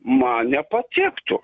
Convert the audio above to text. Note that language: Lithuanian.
man nepatiktų